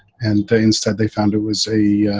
and they instead, they found it was a.